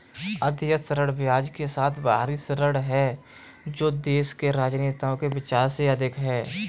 अदेय ऋण ब्याज के साथ बाहरी ऋण है जो देश के राजनेताओं के विचार से अधिक है